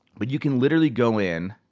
but you can literally go in,